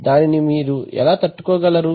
దానిని ఎలా మీరు తట్టుకోగలరు